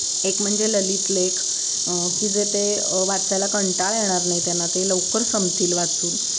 एक म्हणजे ललितलेख की जे ते वाचायला कंटाळा येणार नाही त्यांना ते लवकर संपतील वाचून